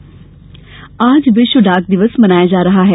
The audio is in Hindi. डाक दिवस आज विश्व डाक दिवस मनाया जा रहा है